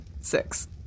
Six